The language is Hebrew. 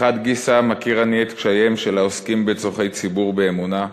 מחד גיסא מכיר אני את קשייהם של העוסקים בצורכי ציבור באמונה,